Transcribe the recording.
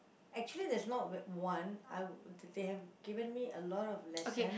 actually there's not w~ one I they have given me a lot of lesson